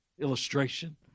illustration